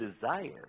desire